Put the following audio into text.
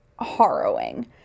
harrowing